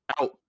out